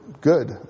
good